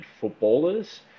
footballers